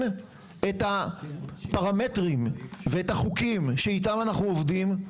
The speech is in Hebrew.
את הפרמטרים ואת החוקים שאיתם אנחנו עובדים.